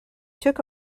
took